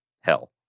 hell